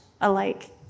alike